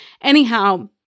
Anyhow